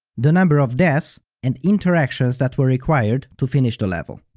the number of deaths and interactions that were required to finish the level.